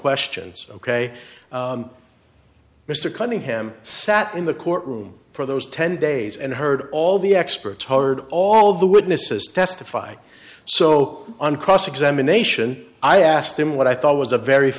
questions ok mr cunningham sat in the courtroom for those ten days and heard all the experts heard all the witnesses testify so on cross examination i asked him what i thought was a very